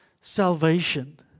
salvation